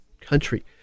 country